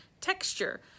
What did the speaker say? texture